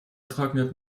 trocknet